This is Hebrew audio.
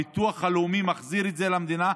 הביטוח הלאומי מחזיר את זה למדינה.